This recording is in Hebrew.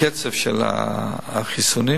קצב החיסונים.